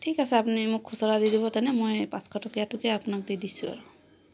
ঠিক আছে আপুনি মোক খুচুৰা দি দিব তেনে মই পাঁচশ টকীয়াটোকে আপোনাক দি দিছো আৰু